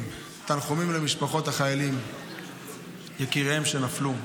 למשפחות החיילים על יקיריהם שנפלו,